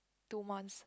two months